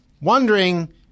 wondering